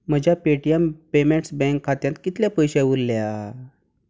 म्हज्या Paytm payments bank खात्यान कितले पयशे उल्ल्या